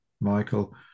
Michael